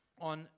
on